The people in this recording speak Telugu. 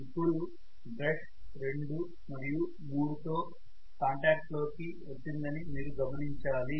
ఇప్పుడు బ్రష్ 2 మరియు 3 తో కాంటాక్ట్ లోకి వచ్చిందని మీరు గమనించాలి